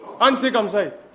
Uncircumcised